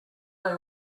they